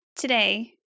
Today